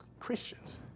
Christians